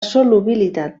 solubilitat